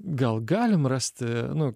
gal galim rasti nu